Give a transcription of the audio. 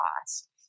cost